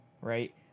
Right